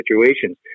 situations